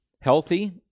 healthy